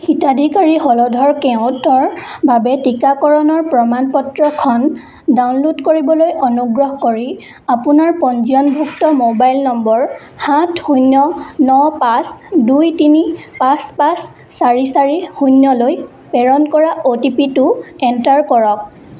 হিতাধিকাৰী হলধৰ কেওটৰ বাবে টিকাকৰণৰ প্ৰমাণ পত্ৰখন ডাউনলোড কৰিবলৈ অনুগ্ৰহ কৰি আপোনাৰ পঞ্জীয়নভুক্ত মোবাইল নম্বৰ সাত শূন্য ন পাঁচ দুই তিনি পাঁচ পাঁচ চাৰি চাৰি শূন্যলৈ প্ৰেৰণ কৰা অ' টি পি টো এণ্টাৰ কৰক